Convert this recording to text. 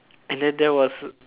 and then there was